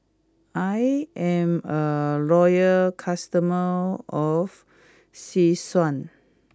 I am a loyal customer of Selsun